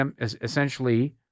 essentially